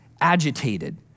agitated